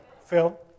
Phil